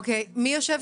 שמי יגאל